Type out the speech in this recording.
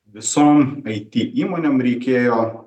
visom aitį įmonėm reikėjo